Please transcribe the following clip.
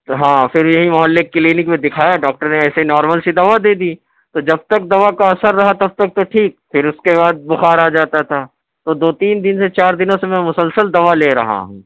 تو ہاں پھر یہی محلے کی کلینک میں دکھایا ڈاکٹر نے ایسے ہی نارمل سی دوا دے دی تو جب تک دوا کا اثر رہا تب تک تو ٹھیک پھر اس کے بعد بخار آ جاتا تھا تو دو تین دن سے چار دنوں سے میں مسلسل دوا لے رہا ہوں